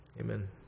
amen